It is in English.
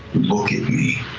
look at me.